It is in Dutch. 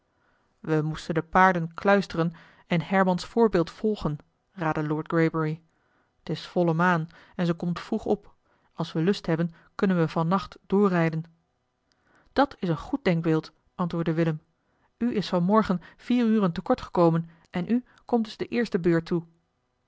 we moesten de paarden kluisteren en hermans voorbeeld volgen raadde lord greybury t is volle maan en ze komt vroeg op als we lust hebben kunnen we van nacht doorrijden dat is een goed denkbeeld antwoordde willem u is van morgen vier uren te kort gekomen en u komt dus de eerste beurt toe